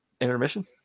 intermission